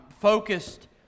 focused